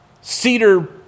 cedar